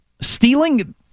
stealing